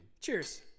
Cheers